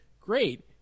great